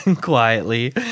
quietly